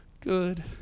good